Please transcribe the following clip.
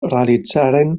realitzaren